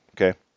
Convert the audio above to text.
Okay